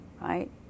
right